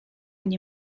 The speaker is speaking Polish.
nie